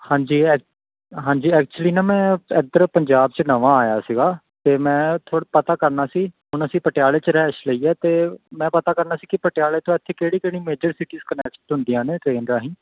ਹਾਂਜੀ ਐ ਹਾਂਜੀ ਐਕਚੁਲੀ ਨਾ ਮੈਂ ਇੱਧਰ ਪੰਜਾਬ 'ਚ ਨਵਾਂ ਆਇਆ ਸੀਗਾ ਅਤੇ ਮੈਂ ਇੱਥੋਂ ਪਤਾ ਕਰਨਾ ਸੀ ਹੁਣ ਅਸੀਂ ਪਟਿਆਲੇ 'ਚ ਰਿਹਾਇਸ਼ ਲਈ ਹੈ ਅਤੇ ਮੈਂ ਪਤਾ ਕਰਨਾ ਸੀ ਕਿ ਪਟਿਆਲੇ ਤੋਂ ਇੱਥੇ ਕਿਹੜੀ ਕਿਹੜੀ ਮੇਜਰ ਸਿਟੀਜ਼ ਕਨੈੱਕਟ ਹੁੰਦੀਆਂ ਨੇ ਟ੍ਰੇਨ ਰਾਹੀਂ